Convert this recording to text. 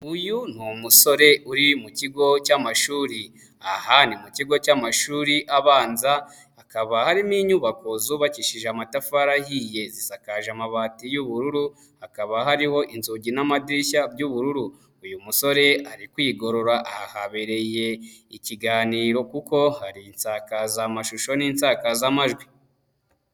Uyu ni umusore uri mu kigo cy'amashuri, aha ni mu kigo cy'amashuri abanza, hakaba harimo inyubako zubakishije amatafari ahiye isakaje amabati y'ubururu, hakaba hariho inzugi n'amadirishya by'ubururu, uyu musore ari kwigorora, ahabereye ikiganiro kuko hari isakazamashusho n'insakazamajwi.